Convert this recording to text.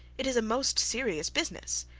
it is a most serious business.